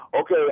Okay